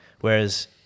Whereas